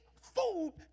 food